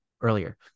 earlier